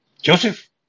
Joseph